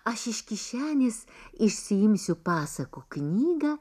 aš iš kišenės išsiimsiu pasakų knygą